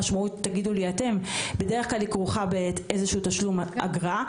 בדרך כלל כרוכה באיזשהו תשלום אגרה.